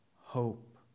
hope